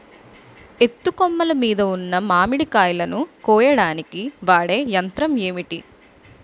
ఎత్తు కొమ్మలు మీద ఉన్న మామిడికాయలును కోయడానికి వాడే యంత్రం ఎంటి?